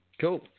Cool